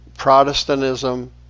Protestantism